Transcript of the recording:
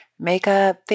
Makeup